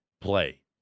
play